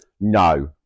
No